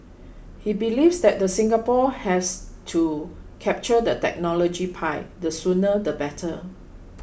he believes that the Singapore has to capture the technology pie the sooner the better